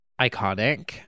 iconic